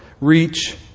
reach